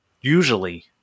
usually